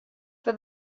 for